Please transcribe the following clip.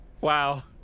Wow